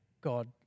God